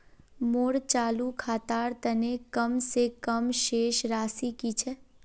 मोर चालू खातार तने कम से कम शेष राशि कि छे?